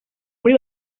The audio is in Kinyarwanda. muri